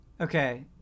Okay